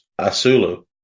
Asulu